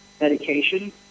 medication